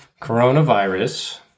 coronavirus